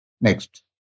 Next